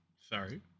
Sorry